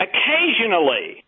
Occasionally